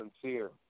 sincere